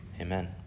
Amen